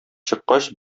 чыккач